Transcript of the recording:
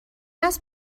است